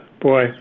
boy